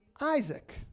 Isaac